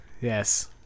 yes